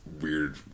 weird